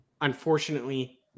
unfortunately